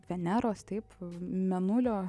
veneros taip mėnulio